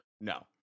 No